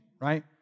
right